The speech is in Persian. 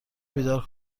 بیدار